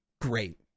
great